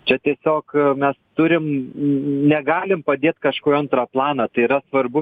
čia tiesiog mes turim negalim padėt kažkur į antrą planą tai yra svarbu